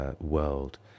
world